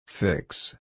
Fix